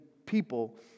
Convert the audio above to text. people